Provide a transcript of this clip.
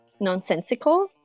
nonsensical